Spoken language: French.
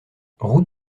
route